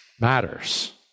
matters